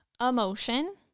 emotion